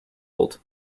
old